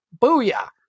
Booyah